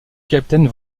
capitaine